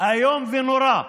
איום ונורא.